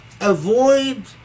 avoid